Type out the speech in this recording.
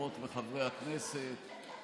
חברות וחברי הכנסת,